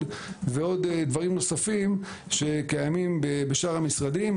ועוד דברים נוספים שקיימים בשאר המשרדים,